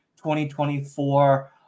2024